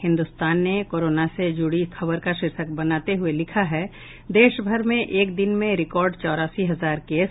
हिन्दुस्तान ने कोरोना से जुड़ी खबर का शीर्षक बनाते हुए लिखा है देश भर में एक दिन में रिकार्ड चौरासी हजार केस